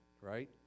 right